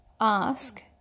ask